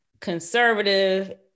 conservative